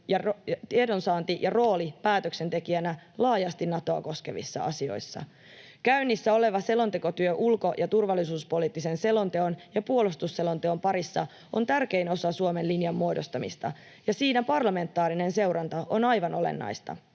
tiedonsaanti ja rooli päätöksentekijänä laajasti Natoa koskevissa asioissa. Käynnissä oleva selontekotyö ulko‑ ja turvallisuuspoliittisen selonteon ja puolustusselonteon parissa on tärkein osa Suomen linjan muodostamista, ja siinä parlamentaarinen seuranta on aivan olennaista.